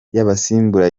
y’abasimbura